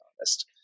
honest